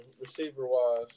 receiver-wise